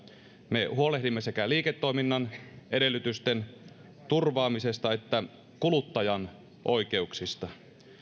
me huolehdimme sekä liiketoiminnan edellytysten turvaamisesta että kuluttajan oikeuksista